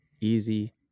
easy